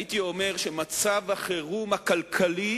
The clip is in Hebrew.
הייתי אומר שמצב החירום הכלכלי